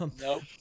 Nope